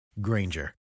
Granger